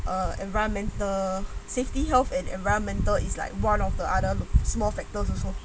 err environmental safety health and environmental is like one of the other small factors also